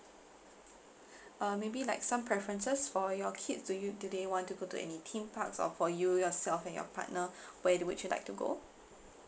uh maybe like some preferences for your kids do you do they want to go to any theme parks or for you yourself and your partner where would you like to go